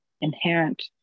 inherent